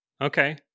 Okay